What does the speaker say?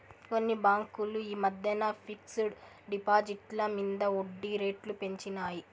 కొన్ని బాంకులు ఈ మద్దెన ఫిక్స్ డ్ డిపాజిట్ల మింద ఒడ్జీ రేట్లు పెంచినాయి